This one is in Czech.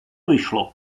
vyšlo